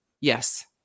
yes